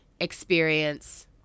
experience